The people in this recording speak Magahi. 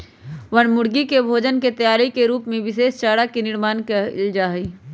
बनमुर्गी के भोजन के तैयारी के रूप में विशेष चारा के निर्माण कइल जाहई